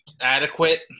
adequate